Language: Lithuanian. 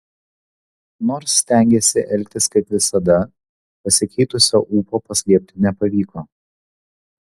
nors stengėsi elgtis kaip visada pasikeitusio ūpo paslėpti nepavyko